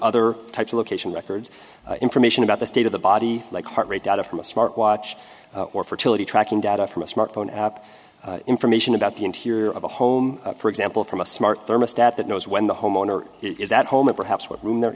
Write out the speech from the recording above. other types of location records information about the state of the body like heart rate data from a smart watch or fertility tracking data from a smartphone app information about the interior of a home for example from a smart thermostat that knows when the homeowner is at home and perhaps what room the